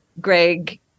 Greg